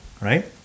right